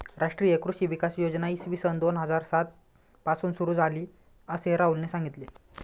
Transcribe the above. राष्ट्रीय कृषी विकास योजना इसवी सन दोन हजार सात पासून सुरू झाली, असे राहुलने सांगितले